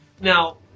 Now